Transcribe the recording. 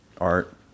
art